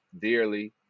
dearly